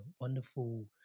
wonderful